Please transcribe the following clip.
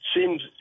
seems